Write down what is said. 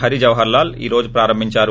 హరిజవహర్ లాల్ ఈరోజు ప్రారంభించారు